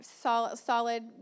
solid